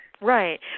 Right